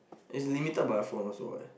and it's limited by the phone also what